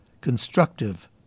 constructive